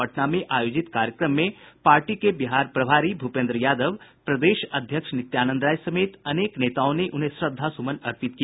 पटना में आयोजित कार्यक्रम में पार्टी के बिहार प्रभारी भूपेन्द्र यादव प्रदेश अध्यक्ष नित्यानंद राय समेत अनेक नेताओं ने उन्हें श्रद्धा सुमन अर्पित किया